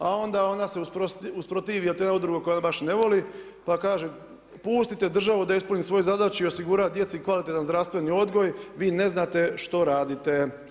A onda ona se usprotivi a to je udruga … [[Govornik se ne čuje.]] baš ne voli pa kaže, pustite državu da ispuni svoju zadaću i osigura djeci kvalitetan zdravstveni odgoj, vi ne znate što radite.